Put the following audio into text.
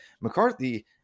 McCarthy